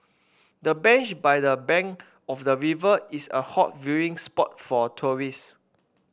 the bench by the bank of the river is a hot viewing spot for tourists